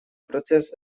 процесс